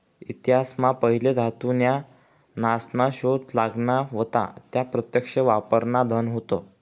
इतिहास मा पहिले धातू न्या नासना शोध लागना व्हता त्या प्रत्यक्ष वापरान धन होत